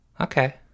Okay